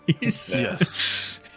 Yes